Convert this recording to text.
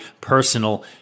personal